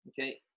okay